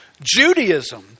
Judaism